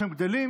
כשהם גדלים,